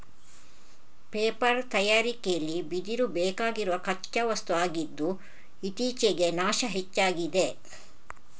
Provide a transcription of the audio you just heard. paper ತಯಾರಿಕೆಲಿ ಬಿದಿರು ಬೇಕಾಗಿರುವ ಕಚ್ಚಾ ವಸ್ತು ಆಗಿದ್ದು ಇತ್ತೀಚೆಗೆ ನಾಶ ಹೆಚ್ಚಾಗಿದೆ